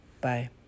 Bye